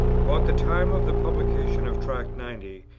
about the time of the publication of tract ninety,